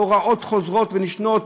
הוראות חוזרות ונשנות,